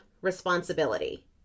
responsibility